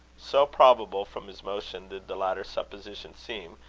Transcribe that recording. so probable, from his motion, did the latter supposition seem,